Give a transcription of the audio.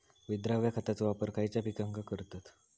विद्राव्य खताचो वापर खयच्या पिकांका करतत?